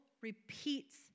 repeats